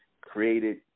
created